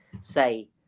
say